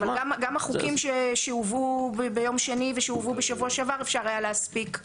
גם החוקים שהובאו ביום שני ושהובאו בשבוע שעבר היה אפשר להספיק.